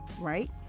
right